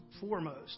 foremost